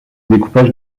découpage